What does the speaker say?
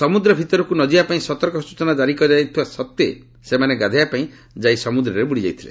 ସମୁଦ୍ର ଭିତରକୁ ନଯିବା ପାଇଁ ସତର୍କ ସୂଚନା କ୍ଷାରି କରାଯାଇଥିବା ସତ୍ତ୍ୱେ ସେମାନେ ଗାଧୋଇବାପାଇଁ ଯାଇ ସମୁଦ୍ର ସ୍ରୋତରେ ବୁଡ଼ିଯାଇଥିଲେ